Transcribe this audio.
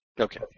Okay